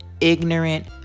ignorant